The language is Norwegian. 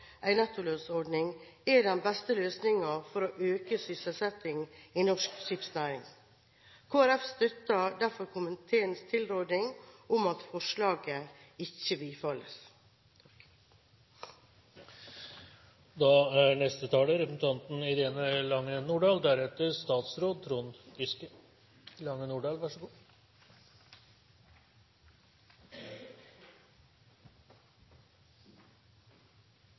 nettolønnsordning er den beste løsningen for å øke sysselsettingen i norsk skipsnæring. Kristelig Folkeparti støtter derfor komiteens tilråding om at forslaget ikke bifalles. Senterpartiet er